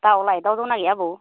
दाउलाय दाउ दंना गैया आबौ